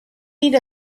meet